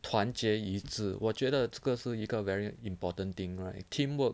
团结一致我觉得这个是一个 very important thing right teamwork